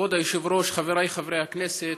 כבוד היושב-ראש, חבריי חברי הכנסת,